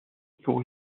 pour